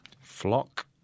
Flock